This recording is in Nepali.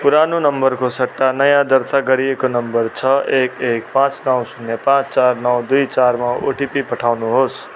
पुरानो नम्बरको सट्टा नयाँ दर्ता गरिएको नम्बर छ एक एक पाँच नौ शून्य पाँच चार नौ दुई चारमा ओटिपी पठाउनुहोस्